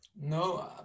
No